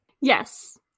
Yes